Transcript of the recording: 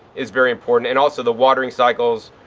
it's very important. and also the watering cycles,